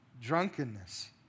drunkenness